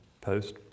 post